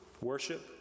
Worship